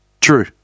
True